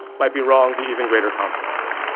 might be wrong to even greater consequence.